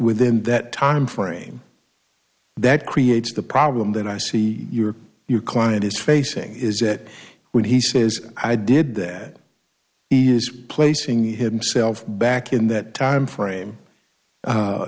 within that time frame that creates the problem that i see you or your client is facing is that when he says i did that he is placing himself back in that time frame